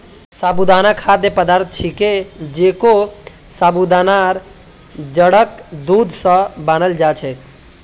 साबूदाना खाद्य पदार्थ छिके जेको साबूदानार जड़क दूध स बनाल जा छेक